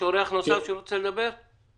שדות התעופה בעולם מתנהלים קצת אחרת מהשדה